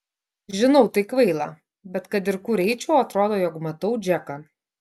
žinau tai kvaila bet kad ir kur eičiau atrodo jog matau džeką